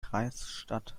kreisstadt